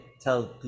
Tell